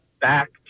back